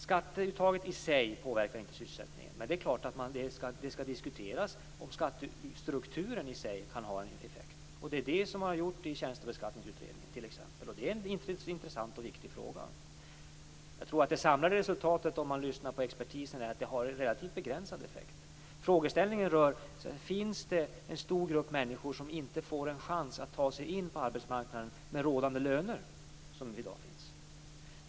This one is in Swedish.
Skatteuttaget i sig påverkar inte sysselsättningen. Men det skall diskuteras om skattestrukturen i sig kan ha en effekt. Det är det som har gjorts i Tjänstebeskattningsutredningen. Det är en intressant och viktig fråga. Det samlade resultatet från expertisen är en begränsad effekt. Frågeställningen har varit om det finns en stor grupp människor som inte har en chans att ta sig in på arbetsmarknaden med rådande löner.